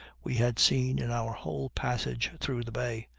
we had seen in our whole passage through the bay.